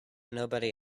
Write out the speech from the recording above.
nobody